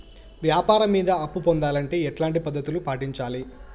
వ్యాపారం మీద అప్పు పొందాలంటే ఎట్లాంటి పద్ధతులు పాటించాలి?